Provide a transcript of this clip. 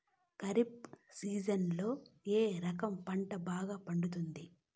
ఖరీఫ్ సీజన్లలో ఏ రకం పంట బాగా పండుతుంది